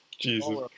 Jesus